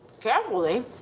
carefully